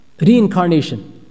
Reincarnation